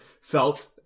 felt